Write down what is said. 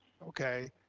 okay,